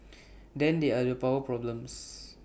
then there are the power problems